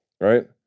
Right